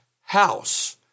house